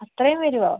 അത്രയും വരുവോ